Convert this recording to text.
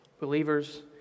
Believers